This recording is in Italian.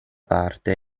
parte